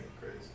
crazy